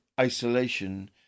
isolation